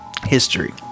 history